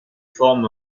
forme